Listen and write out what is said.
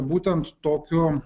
būtent tokiu